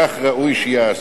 כך ראוי שייעשו.